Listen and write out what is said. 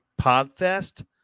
Podfest